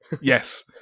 Yes